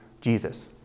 Jesus